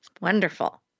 Wonderful